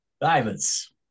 Diamonds